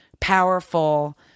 powerful